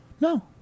No